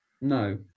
no